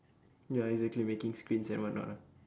ya exactly making screens and whatnot ah